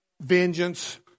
vengeance